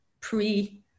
pre